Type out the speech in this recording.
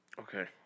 Okay